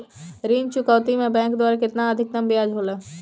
ऋण चुकौती में बैंक द्वारा केतना अधीक्तम ब्याज होला?